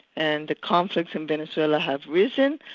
and the conflict in venezuela has risen.